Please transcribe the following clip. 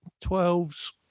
Twelves